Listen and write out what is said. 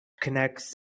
connects